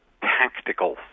tactical